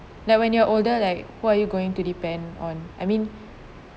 like when you're older like who are you going to depend on I mean